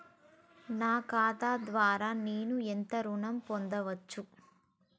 నా ఖాతా ద్వారా నేను ఎంత ఋణం పొందచ్చు?